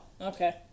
okay